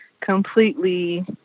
completely